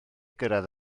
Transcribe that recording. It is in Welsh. gyrraedd